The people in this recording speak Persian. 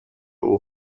اون